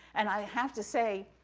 and i have to say,